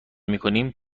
میکنیم